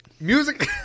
Music